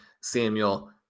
Samuel